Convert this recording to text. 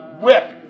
Whip